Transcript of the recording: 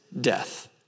death